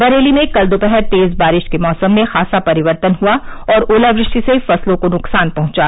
बरेली में कल दोपहर तेज़ बारिश से मौसम में खासा परिवर्तन हुआ और ओलावृष्टि से फसलों को नुकसान पहुंचा